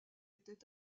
était